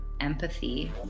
empathy